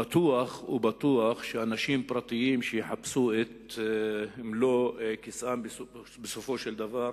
בטוח ובטוח שאנשים פרטיים שיחפשו את מלוא כיסם בסופו של דבר,